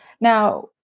Now